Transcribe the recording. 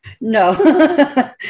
No